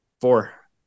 four